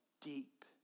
deep